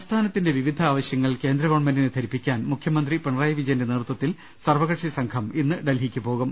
സംസ്ഥാനത്തിന്റെ വിവിധ ആവശ്യങ്ങൾ കേന്ദ്ര ഗവൺമെന്റിനെ ധരിപ്പിക്കാൻ മുഖ്യമന്ത്രി പിണറായി വിജയന്റെ നേതൃത്വത്തിൽ സർവകക്ഷി സംഘം ഇന്ന് ഡൽഹിക്ക് പോകും